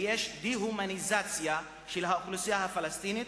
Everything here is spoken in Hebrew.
ויש דה-הומניזציה של האוכלוסייה הפלסטינית,